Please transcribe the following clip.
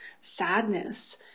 sadness